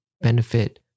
benefit